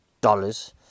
Dollars